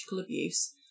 abuse